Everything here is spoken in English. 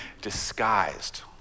disguised